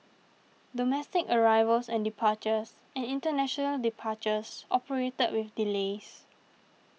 domestic arrivals and departures and international departures operated with delays